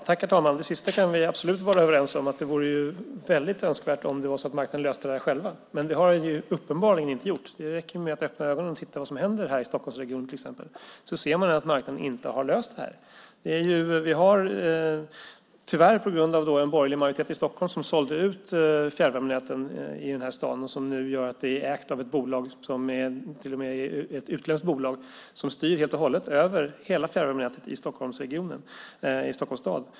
Herr talman! Det sista kan vi absolut vara överens om. Det vore väldigt önskvärt om marknaden löste detta själv. Men det har den uppenbarligen inte gjort. Det räcker med att öppna ögonen och titta vad som händer till exempel här i Stockholmsregionen. Då ser man att marknaden inte har löst det. Tyvärr sålde en borgerlig majoritet i Stockholm ut fjärrvärmenäten i den här staden. Det gör nu att det är ägt av ett bolag som till med är utländskt och som styr helt och hållet över hela fjärrvärmenätet i Stockholms stad.